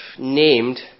named